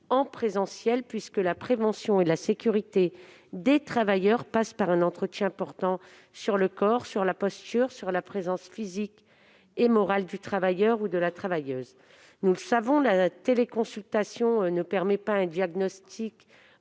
est possible, puisque la prévention et la sécurité des travailleurs passent par un entretien portant sur le corps, la posture et la présence physique et morale du travailleur. Nous savons que la téléconsultation ne permet pas un diagnostic